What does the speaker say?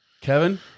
Kevin